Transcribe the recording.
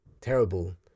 terrible